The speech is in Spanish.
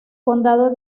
condado